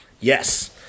Yes